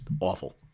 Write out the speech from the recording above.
awful